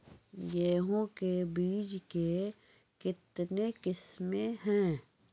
गेहूँ के बीज के कितने किसमें है?